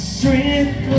Strength